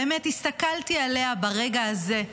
באמת הסתכלתי עליה ברגע הזה,